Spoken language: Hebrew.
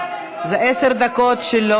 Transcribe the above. את יודעת שלא זו הכוונה שלו, זה עשר דקות שלו.